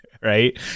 right